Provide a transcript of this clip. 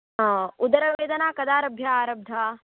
हा उदरवेदना कदारभ्य आरब्धा